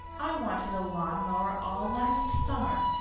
i wanted a lawn-mower all last summer,